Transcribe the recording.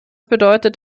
bedeutet